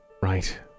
Right